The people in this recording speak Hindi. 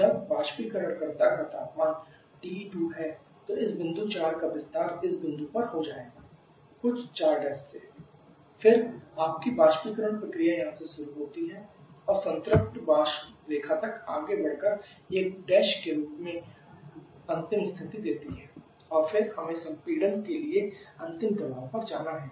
जब वाष्पीकरणकर्ता का तापमान TE2 है तो इस बिंदु 4 का विस्तार इस बिंदु पर हो जाएगा कुछ 4 से फिर आपकी वाष्पीकरण प्रक्रिया यहां से शुरू होती है और संतृप्त वाष्प रेखा तक आगे बढ़ कर 1 के रूप में अंतिम स्थिति देती है और फिर हमें संपीड़न के लिए अंतिम दबाव पर जाना है